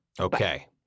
Okay